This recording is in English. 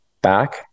back